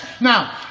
Now